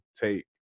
take